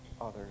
others